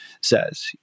says